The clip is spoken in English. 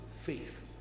faith